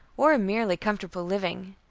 or a merely comfortable living.